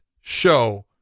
show